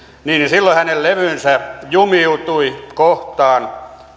häntä levy jumiutui kohtaan